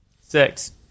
Six